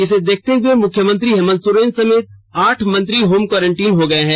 इसे देखते हए मुख्यमंत्री हेमंत सोरेन सहित आठ मंत्री होम क्वारंटीन हो गए हैं